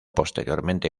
posteriormente